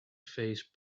phase